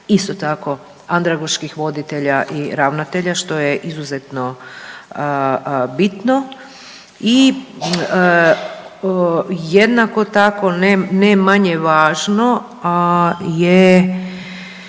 Isto tako andragoških voditelja i ravnatelja što je izuzetno bitno. I jednako tako ne manje važno, a